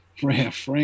Frank